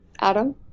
Adam